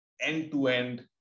end-to-end